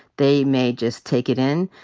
they may just take it in.